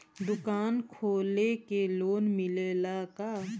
दुकान खोले के लोन मिलेला का?